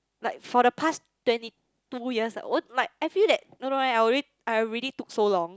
like for the past twenty two years my I feel that no no I already already took so long